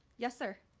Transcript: yes, sir.